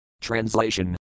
Translation